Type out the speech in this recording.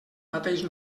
mateix